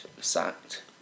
sacked